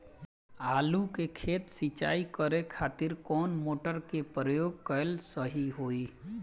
आलू के खेत सिंचाई करे के खातिर कौन मोटर के प्रयोग कएल सही होई?